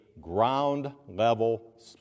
ground-level